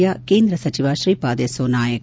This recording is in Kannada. ಕೇಂದ್ರ ಸಚಿವ ಶ್ರೀಪಾದ್ ಯೆಸ್ಲೊ ನಾಯಕ್